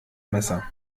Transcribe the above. messer